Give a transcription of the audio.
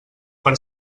per